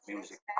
Music